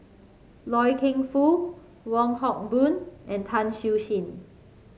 Loy Keng Foo Wong Hock Boon and Tan Siew Sin